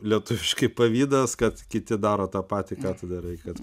lietuviškai pavydas kad kiti daro tą patį ką tu darai kad